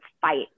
fight